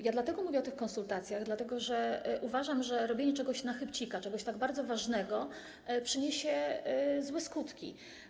Ja mówię o konsultacjach, dlatego że uważam, że robienie czegoś na chybcika, czegoś tak bardzo ważnego przyniesie złe skutki.